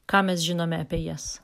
ką mes žinome apie jas